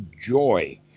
joy